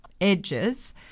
edges